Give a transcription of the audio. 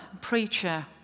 preacher